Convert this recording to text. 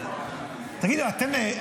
תגידו לי,